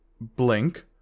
blink